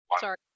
Sorry